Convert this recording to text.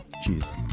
Cheers